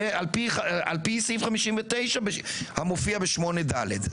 זה על פי סעיף 59 המופיע ב-8ד.